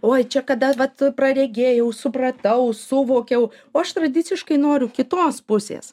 oi čia kada vat praregėjau supratau suvokiau o aš tradiciškai noriu kitos pusės